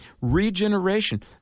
regeneration